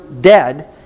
dead